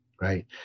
right